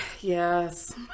Yes